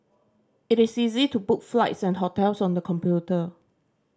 it is easy to book flights and hotels on the computer